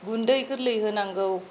गुन्दै गोरलै होनांगौ